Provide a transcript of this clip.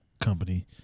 company